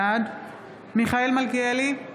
בעד מיכאל מלכיאלי,